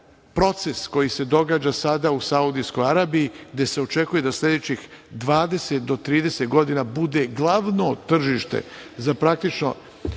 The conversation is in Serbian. proces koji se događa sada u Saudijskoj Arabiji gde se očekuje da sledećih 20 do 30 godina bude glavno tržište za praktično